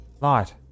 Light